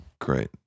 Great